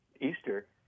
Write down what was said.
Easter